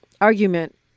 argument